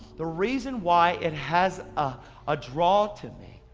the reason why it has a ah draw to me,